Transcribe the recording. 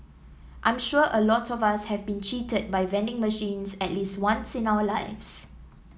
I'm sure a lot of us have been cheated by vending machines at least once in our lives